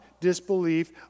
disbelief